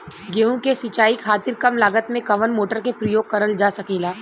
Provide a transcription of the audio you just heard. गेहूँ के सिचाई खातीर कम लागत मे कवन मोटर के प्रयोग करल जा सकेला?